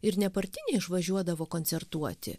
ir nepartiniai išvažiuodavo koncertuoti